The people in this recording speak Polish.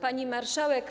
Pani Marszałek!